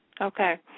Okay